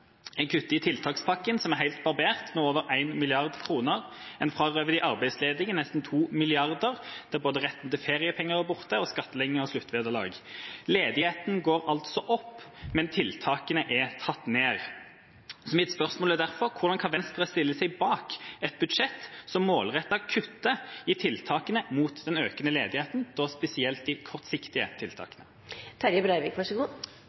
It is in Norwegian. bak kutt og en helt motsatt linje. En kutter i sysselsettingstiltak i kommunene med en halv milliard, en kutter i tiltakspakken, som er helt barbert, med over 1 mrd. kr, en frarøver de arbeidsledige nesten 2 mrd. kr, der retten til feriepenger er borte, og sluttvederlaget skal skattlegges. Ledigheta går altså opp, men tiltakene er tatt ned. Mitt spørsmål er derfor: Hvordan kan Venstre stille seg bak et budsjett som målrettet kutter i tiltakene mot den økende ledigheta, da spesielt